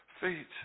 feet